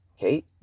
Okay